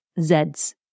Z's